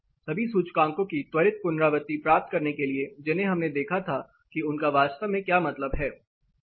सभी सूचकांकों की त्वरित पुनरावृत्ति प्राप्त करने के लिए जिन्हें हमने देखा था कि उनका वास्तव में क्या मतलब है